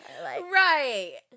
right